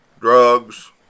drugs